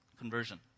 Conversion